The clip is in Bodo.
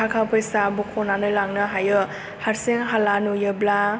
थाखा फैसा बख'नानै लांनो हायो हारसिं हाला नुयोब्ला